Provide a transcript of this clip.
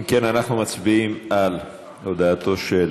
אם כן, אנחנו מצביעים על הודעתו של